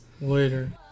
Later